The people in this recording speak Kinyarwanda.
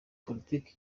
politiki